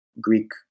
Greek